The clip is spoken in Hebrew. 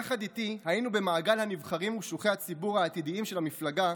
יחד איתי היינו במעגל הנבחרים ושלוחי הציבור העתידיים של המפלגה,